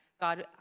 God